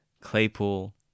Claypool